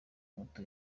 moto